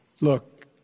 Look